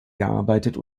gearbeitet